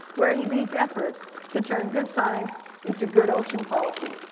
where he leads efforts to turn good science into good ocean policy.